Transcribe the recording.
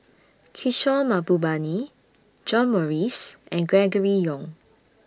Kishore Mahbubani John Morrice and Gregory Yong